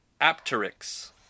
Apteryx